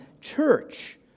church